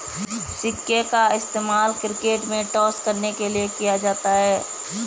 सिक्के का इस्तेमाल क्रिकेट में टॉस करने के लिए किया जाता हैं